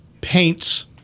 paints